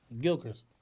Gilchrist